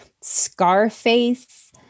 Scarface